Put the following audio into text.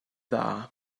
dda